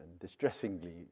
distressingly